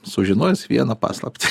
sužinojęs vieną paslaptį